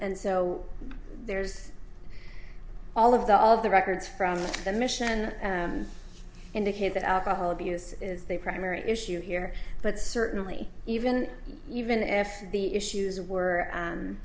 and so there's all of the all of the records from that mission indicate that alcohol abuse is the primary issue here but certainly even even if the issues were